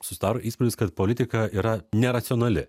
susidaro įspūdis kad politika yra neracionali